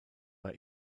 war